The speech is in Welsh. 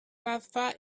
raddfa